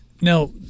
Now